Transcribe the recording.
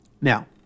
Now